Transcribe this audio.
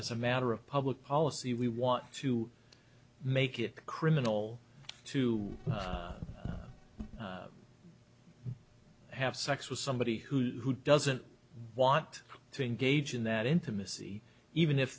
is a matter of public policy we want to make it criminal to have sex with somebody who who doesn't want to engage in that intimacy even if